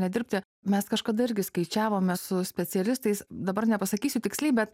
nedirbti mes kažkada irgi skaičiavome su specialistais dabar nepasakysiu tiksliai bet